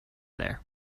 there